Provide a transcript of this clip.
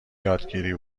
یادگیری